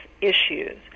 issues